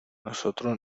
nosotros